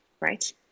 right